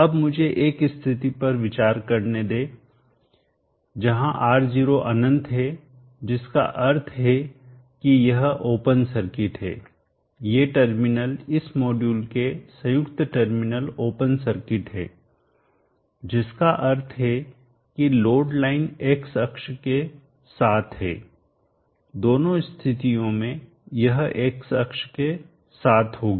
अब मुझे एक स्थिति पर विचार करने दें जहां R0 अनंत है जिसका अर्थ है कि यह ओपन सर्किट है ये टर्मिनल इस मॉड्यूल के संयुक्त टर्मिनल ओपन सर्किट है जिसका अर्थ है कि लोड लाइन x अक्ष के साथ है दोनों स्थितियों में यह x अक्ष के साथ होगी